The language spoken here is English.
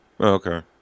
Okay